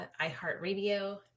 iHeartRadio